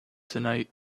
tonight